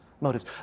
motives